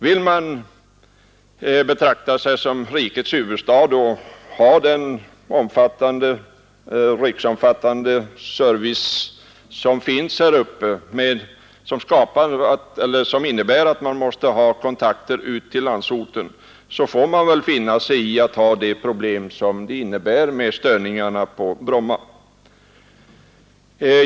Vill Stockholm vara rikets huvudstad med den omfattande service som nu finns här uppe och med kontakter ut till landsorten, får man finna sig i de problem som störningarna från Bromma flygplats utgör.